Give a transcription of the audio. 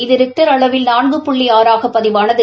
இது ரிக்டர் அளவில் நான்கு புள்ளி ஆறாக பதிவானது